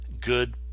good